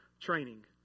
training